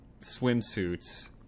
swimsuits